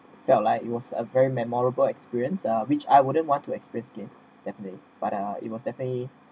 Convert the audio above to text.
felt like it was a very memorable experience uh which I wouldn't want to express again definitely but uh it was definitely